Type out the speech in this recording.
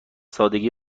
سادگی